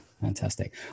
fantastic